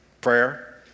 Prayer